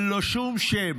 אין לו שום שם